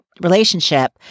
relationship